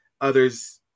others